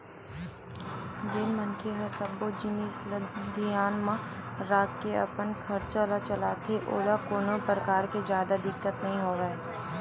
जेन मनखे ह सब्बो जिनिस ल धियान म राखके अपन खरचा ल चलाथे ओला कोनो परकार ले जादा दिक्कत नइ होवय